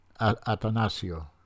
Atanasio